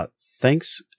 Thanks